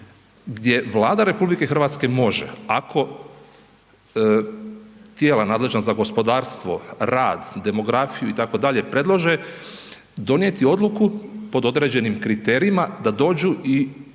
gdje Vlada RH može ako tijela nadležna za gospodarstvo, rad, demografiju itd., predlože donijeti odluku pod određenim kriterijima da dođu i